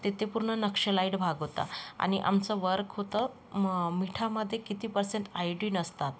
तेथे पूर्न नक्षलाईट भाग होता आणि आमचं वर्क होतं मं मिठामध्ये किती पर्सेंट आयटीन असतात